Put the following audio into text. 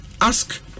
ask